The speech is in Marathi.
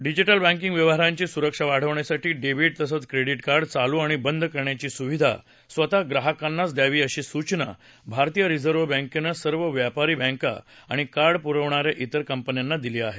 डिजिटल बँकीग व्यवहारांची सुरक्षा वाढवण्यासाठी डेबिट तसंच क्रेडीट कार्ड चालू आणि बंद करण्याची सुविधा स्वतः ग्राहकांनाचा द्यावी अशी सूचना भारतीय रिझर्व्ह बँकेनं सर्व व्यापारी बँका आणि कार्ड पुरवणाऱ्या तिर कंपन्यांना दिली आहे